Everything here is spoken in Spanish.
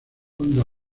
onda